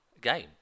game